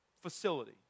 facility